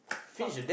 talk